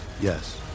Yes